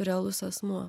realus asmuo